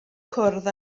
cwrdd